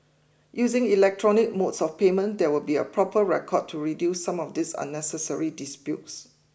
using electronic modes of payment there will be a proper record to reduce some of these unnecessary disputes